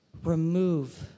Remove